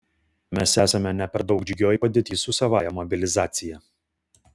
mes esame ne per daug džiugioj padėty su savąja mobilizacija